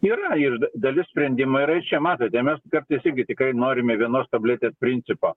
yra iš da dalis sprendimo yra ir čia matote mes kartais irgi tikrai norime vienos tabletės principo